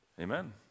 Amen